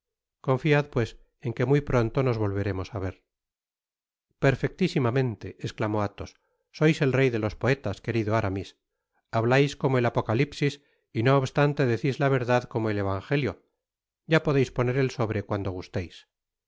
confiad pues en que muy pronto nos volveremos á ver content from google book search generated at perfectisimamente esclamó athos sois el rey de los poetas querido aramis hablais como el apocalipsis y no obstante decis la verdad como el evangelio ya podeis poner el sobre cuando gusteis